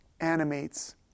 animates